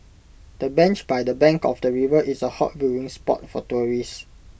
the bench by the bank of the river is A hot viewing spot for tourists